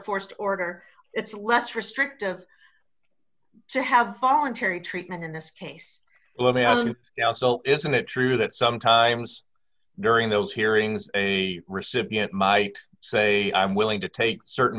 forced order it's less restrictive to have voluntary treatment in this case let me also isn't it true that sometimes during those hearings a recipient might say i'm willing to take certain